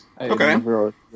Okay